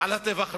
על הטבח הנורא: